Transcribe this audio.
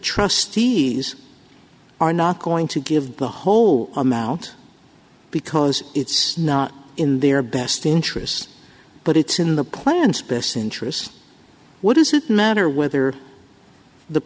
trustees are not going to give the whole amount because it's not in their best interests but it's in the plans best interests what does it matter whether the